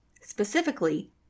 Specifically